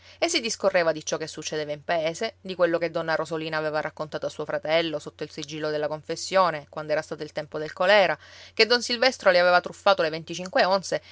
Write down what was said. e si discorreva di ciò che succedeva in paese di quello che donna rosolina aveva raccontato a suo fratello sotto il sigillo della confessione quando era stato il tempo del colèra che don silvestro le aveva truffato le onze